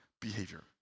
behavior